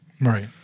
Right